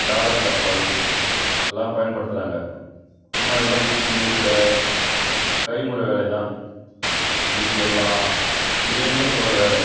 dollar கப்பல் எல்லாம் பயன்படுத்துகிறாங்க முன்னாடியெல்லாம் முழுக்க முழுக்க கைமுறை வேலை தான் இன்றைக்கி எல்லாம் இயந்திரத்தோடய வேலை